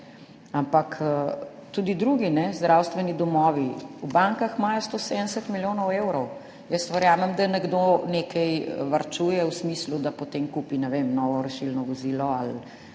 Ampak tudi drugi zdravstveni domovi. V bankah imajo 170 milijonov evrov. Jaz verjamem, da nekdo nekaj varčuje v smislu, da potem kupi, ne vem, novo rešilno vozilo ali